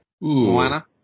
Moana